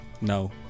No